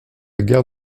guerre